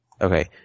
Okay